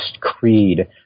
creed